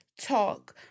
talk